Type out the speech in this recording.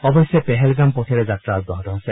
অৱশ্যে পেহেলগাম পথেৰে যাত্ৰা অব্যাহত আছে